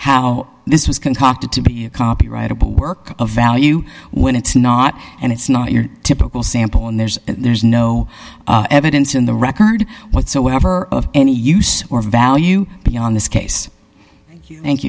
how this was concocted to be copyrightable work of value when it's not and it's not your typical sample and there's there's no evidence in the record whatsoever of any use or value beyond this case